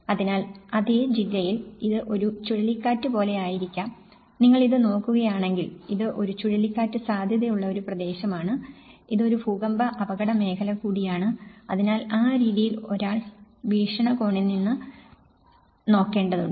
അതിനാൽ അതേ ജില്ലയിൽ ഇത് ഒരു ചുഴലിക്കാറ്റ് പോലെയായിരിക്കാം നിങ്ങൾ ഇത് നോക്കുകയാണെങ്കിൽ ഇത് ഒരു ചുഴലിക്കാറ്റ് സാധ്യതയുള്ള ഒരു പ്രദേശമാണ് ഇത് ഒരു ഭൂകമ്പ അപകട മേഖല കൂടിയാണ് അതിനാൽ ആ രീതിയിൽ ഒരാൾ ആ വീക്ഷണകോണിൽ നിന്ന് നോക്കേണ്ടതുണ്ട്